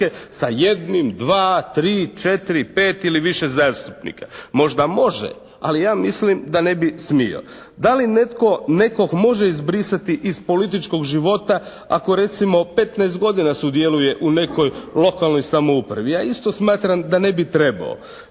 sa jednim, dva, tri, četiri, pet ili više zastupnika. Možda može. Ali ja mislim da ne bi smio. Da li netko nekog može izbrisati iz političkog života ako recimo 15 godina sudjeluje u nekoj lokalnoj samoupravi. Ja isto smatram da ne bi trebao.